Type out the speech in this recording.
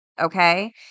okay